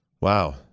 wow